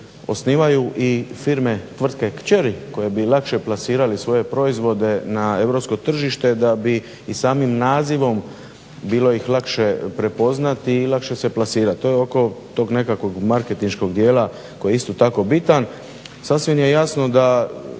osnivaju i firme tvrtke kćeri koje bi lakše plasirali svoje proizvode na europsko tržište da bi i samim nazivom bilo ih lakše prepoznati i lakše se plasirati, to je oko tog nekakvog markentiškog dijela koji je isto tako bitan. Sasvim je jasno da